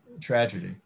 tragedy